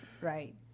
Right